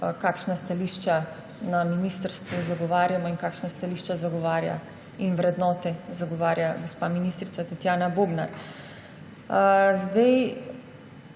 kakšna stališča na ministrstvu zagovarjamo in kakšna stališča in vrednote zagovarja gospa ministrica Tatjana Bobnar.